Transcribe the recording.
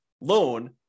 loan